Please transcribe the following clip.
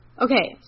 Okay